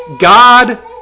God